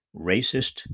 racist